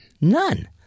None